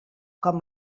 com